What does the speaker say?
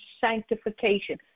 sanctification